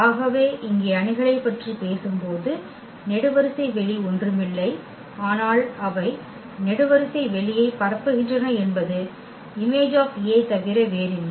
ஆகவே இங்கே அணிகளைப் பற்றி பேசும்போது நெடுவரிசை வெளி ஒன்றுமில்லை ஆனால் அவை நெடுவரிசை வெளியை பரப்புகின்றன என்பது Im தவிர வேறில்லை